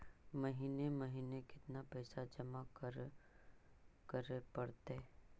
महिने महिने केतना पैसा जमा करे पड़तै?